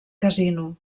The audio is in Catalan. casino